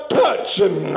touching